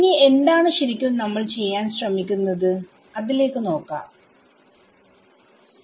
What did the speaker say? ഇനി എന്താണ് ശരിക്കും നമ്മൾ ചെയ്യാൻ ശ്രമിക്കുന്നത് അതിലേക്ക് നോക്കാം സ്റ്റബിലിറ്റി മാനദണ്ഡം